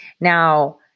Now